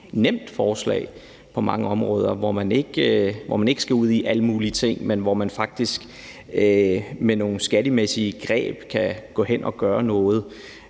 nemt forslag, hvor man ikke skal ud i alle mulige ting, men hvor man faktisk med nogle skattemæssige greb kan gå hen og gøre noget,